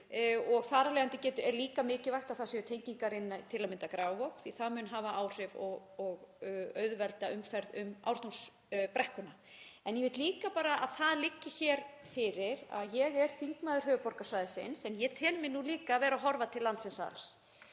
og þar af leiðandi er líka mikilvægt að það séu tengingar til að mynda inn í Grafarvog því að það mun hafa áhrif og auðvelda umferð um Ártúnsbrekkuna. Ég vil að það liggi hér fyrir að ég er þingmaður höfuðborgarsvæðisins en ég tel mig nú líka að vera að horfa til landsins alls.